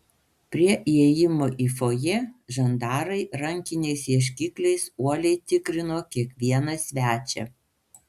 prie įėjimo į fojė žandarai rankiniais ieškikliais uoliai tikrino kiekvieną svečią